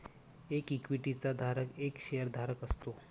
एक इक्विटी चा धारक एक शेअर धारक असतो